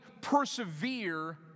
persevere